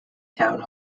town